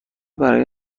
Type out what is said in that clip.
برای